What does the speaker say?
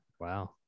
Wow